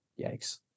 Yikes